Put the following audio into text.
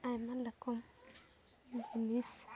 ᱟᱭᱢᱟ ᱨᱚᱠᱚᱢ ᱡᱤᱱᱤᱥ